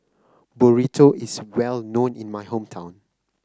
burrito is well known in my hometown